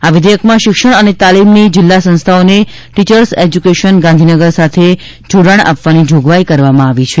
આ વિધેયકમાં શિક્ષણ અને તાલીમની જિલ્લા સંસ્થાઓને ટીચર્સ એજ્યુકેશન ગાંધીનગર સાથે જોડાણ આપવાની જોગવાઈ કરવામાં આવી છે